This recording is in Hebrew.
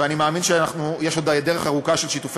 ואני מאמין שיש עוד דרך ארוכה של שיתופי